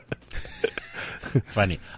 Funny